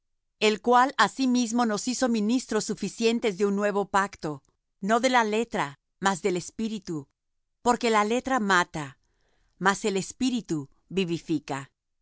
el cual asimismo nos hizo ministros suficientes de un nuevo pacto no de la letra mas del espíritu porque la letra mata mas el espíritu vivifica